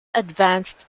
advanced